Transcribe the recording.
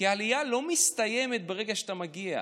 כי העלייה לא מסתיימת ברגע שאתה מגיע,